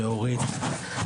ואורית,